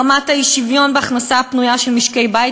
רמת האי-שוויון בהכנסה הפנויה של משקי בית